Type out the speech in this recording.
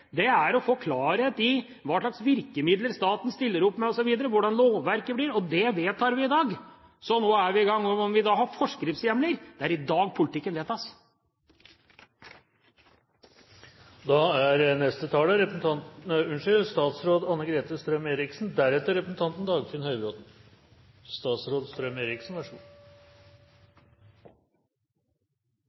på, er å få klarhet i hva slags virkemidler staten stiller opp med osv., og hvordan lovverket blir, og det vedtar vi i dag. Så nå er vi i gang. Og sjøl om vi da har forskriftshjemler, er det i dag politikken vedtas. Jeg skal svare representanten Høybråten på spørsmålet om verdighetsgarantien. Som veldig godt kjent er